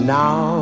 now